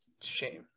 Shame